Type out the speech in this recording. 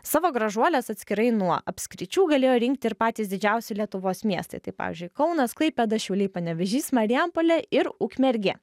savo gražuoles atskirai nuo apskričių galėjo rinkti ir patys didžiausi lietuvos miestai tai pavyzdžiui kaunas klaipėda šiauliai panevėžys marijampolė ir ukmergė